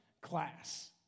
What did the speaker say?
class